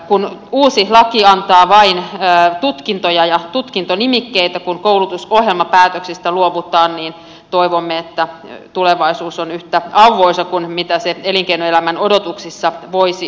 kun uusi laki antaa vain tutkintoja ja tutkintonimikkeitä kun koulutusohjelmapäätöksistä luovutaan niin toivomme että tulevaisuus on yhtä auvoisa kuin mitä se elinkeinoelämän odotuksissa voisi olla